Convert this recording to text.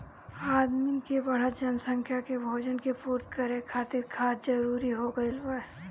आदमिन के बढ़त जनसंख्या के भोजन के पूर्ति करे खातिर खाद जरूरी हो गइल बाटे